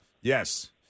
Yes